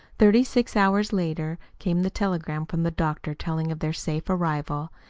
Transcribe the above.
thirty-six hours later came the telegram from the doctor telling of their safe arrival,